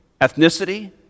ethnicity